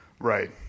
Right